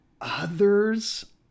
others